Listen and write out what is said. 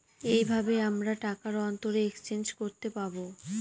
এইভাবে আমরা টাকার অন্তরে এক্সচেঞ্জ করতে পাবো